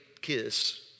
kiss